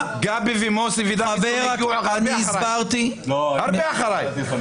הם הגיעו הרבה אחריי.